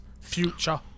future